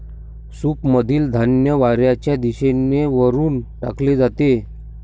सूपमधील धान्य वाऱ्याच्या दिशेने वरून टाकले जाते